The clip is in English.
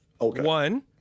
One